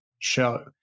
Show